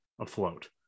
afloat